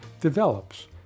develops